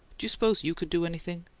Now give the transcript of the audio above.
do you s'pose you could do anything?